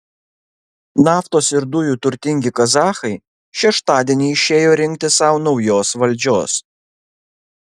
naftos ir dujų turtingi kazachai šeštadienį išėjo rinkti sau naujos valdžios